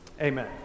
Amen